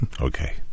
Okay